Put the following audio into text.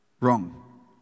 wrong